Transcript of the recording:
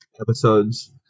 episodes